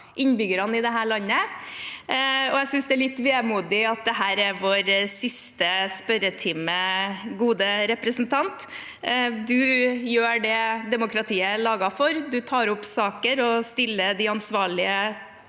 innbyggerne i dette landet. Jeg synes det er litt vemodig at dette er vår siste spørretime, gode representant. Du gjør det demokratiet er laget for. Du tar opp saker og ber de ansvarlige